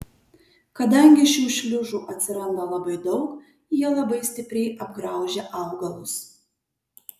kadangi šių šliužų atsiranda labai daug jie labai stipriai apgraužia augalus